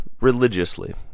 religiously